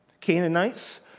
Canaanites